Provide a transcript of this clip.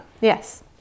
Yes